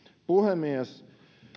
puhemies